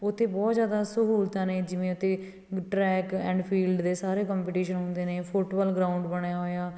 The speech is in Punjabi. ਉੱਥੇ ਬਹੁਤ ਜ਼ਿਆਦਾ ਸਹੂਲਤਾਂ ਨੇ ਜਿਵੇਂ ਉੱਥੇ ਟਰੈਕ ਐਂਡ ਫੀਲਡ ਦੇ ਸਾਰੇ ਕੰਪੀਟੀਸ਼ਨ ਹੁੰਦੇ ਨੇ ਫੁੱਟਬਾਲ ਗਰਾਊਂਡ ਬਣਿਆ ਹੋਇਆ